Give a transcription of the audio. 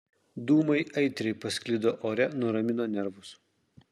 dūmai aitriai pasklido ore nuramino nervus